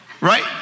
Right